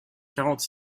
quarante